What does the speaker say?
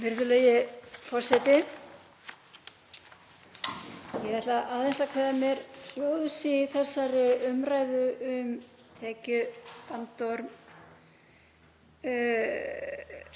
Virðulegi forseti. Ég ætla aðeins að kveðja mér hljóðs í þessari umræðu um tekjubandorminn